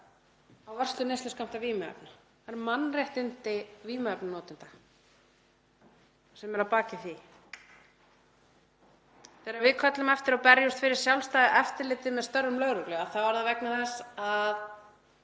á vörslu neysluskammta vímuefna, það eru mannréttindi vímuefnanotenda sem eru að baki því. Þegar við köllum eftir og berjumst fyrir sjálfstæðu eftirliti með störfum lögreglu er það vegna þess að